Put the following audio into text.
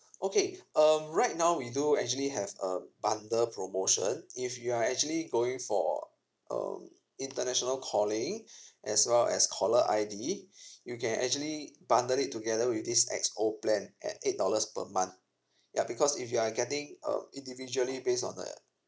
okay um right now we do actually have a bundle promotion if you are actually going for um international calling as well as caller I_D you can actually bundle it together with this X_O plan at eight dollars per month yup because if you are getting um individually based on uh